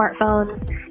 smartphones